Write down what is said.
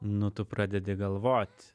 nu tu pradedi galvot